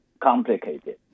complicated